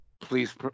please